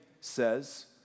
says